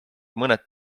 mõned